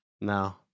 No